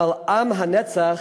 אבל עם הנצח